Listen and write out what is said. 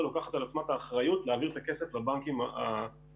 לוקחת על עצמה את האחריות להעביר את הכסף לבנקים הפלסטינים.